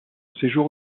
séjour